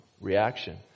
reaction